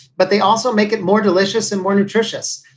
but they also make it more delicious and more nutritious.